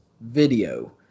video